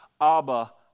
Abba